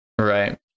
Right